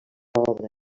obra